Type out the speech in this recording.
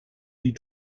die